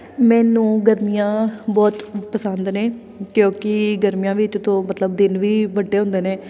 ਮੈਨੂੰ ਗਰਮੀਆਂ ਬਹੁਤ ਪਸੰਦ ਨੇ ਕਿਉਂਕਿ ਗਰਮੀਆਂ ਵਿੱਚ ਤੋਂ ਮਤਲਬ ਦਿਨ ਵੀ ਵੱਡੇ ਹੁੰਦੇ ਨੇ